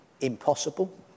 impossible